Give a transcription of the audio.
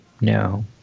No